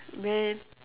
man